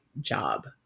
job